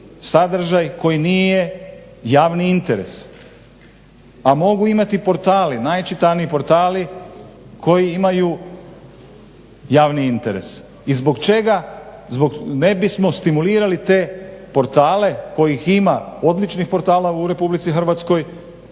sadržaj koji nije javni interes, a mogu imati portale, najčitaniji portali koji imaju javni interes i zbog čega ne bismo stimulirali te portale kojih ima odličnih portala u Republici Hrvatskoj